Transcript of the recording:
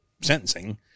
sentencing